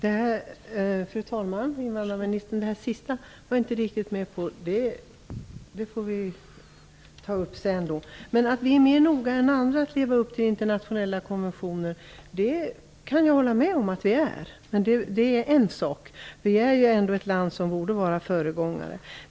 Fru talman! Det som invandrarministern sade sist är jag inte riktigt med på, men det får vi ta upp senare. Jag kan hålla med om att vi är mer noga än andra länder med att leva upp till internationella konventioner - vi är också ett land som borde vara föregångare.